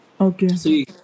Okay